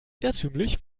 irrtümlich